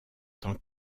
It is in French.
tant